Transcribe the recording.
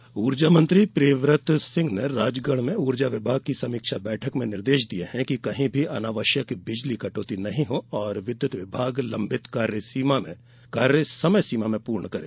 सिंचाई बिजली ऊर्जा मंत्री प्रियव्रत सिंह ने राजगढ़ में ऊर्जा विभाग की समीक्षा बैठक में निर्देश दिये हैं कि कहीं भी अनावश्यक बिजली कटौती नहीं हो और विद्युत विभाग लंबित कार्य समय सीमा में पूर्ण करें